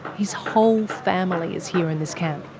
his whole family is here in this camp.